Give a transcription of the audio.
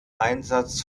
einsatz